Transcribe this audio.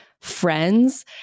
friends